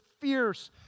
fierce